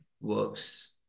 works